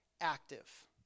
active